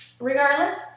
Regardless